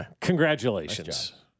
Congratulations